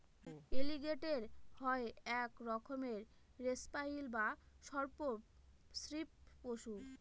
এলিগেটের হয় এক রকমের রেপ্টাইল বা সর্প শ্রীপ পশু